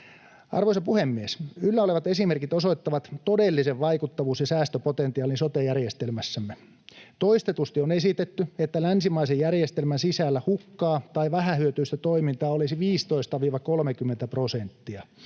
Arvoisa puhemies! Yllä olevat esimerkit osoittavat todellisen vaikuttavuus‑ ja säästöpotentiaalin sote-järjestelmässämme. Toistetusti on esitetty, että länsimaisen järjestelmän sisällä hukkaa tai vähähyötyistä toimintaa olisi 15—30 prosenttia.